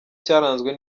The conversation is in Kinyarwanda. cyaranzwe